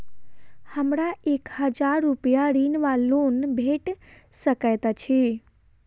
हमरा एक हजार रूपया ऋण वा लोन भेट सकैत अछि?